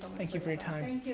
thank you for your time.